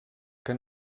que